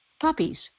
puppies